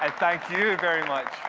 ah thank you very much.